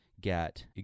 get